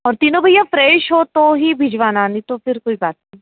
और तीनों भैया फ्रेश हो तो ही भिजवाना नहीं तो फ़िर कोई बात नहीं